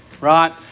Right